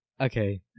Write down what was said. Okay